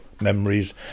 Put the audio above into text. memories